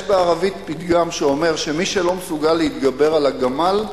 יש בערבית פתגם שאומר שמי שלא מסוגל להתגבר על הגמל,